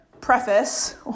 preface